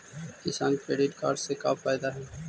किसान credit card से का फायदा है?